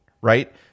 right